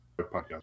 podcast